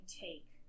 take